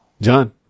John